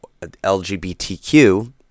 LGBTQ